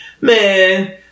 man